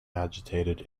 agitated